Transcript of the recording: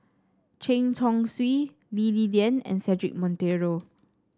Chen Chong Swee Lee Li Lian and Cedric Monteiro